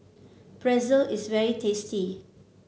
pretzel is very tasty